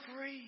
free